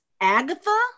Agatha